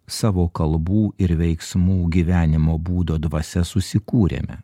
savo kalbų ir veiksmų gyvenimo būdo dvasia susikūrėme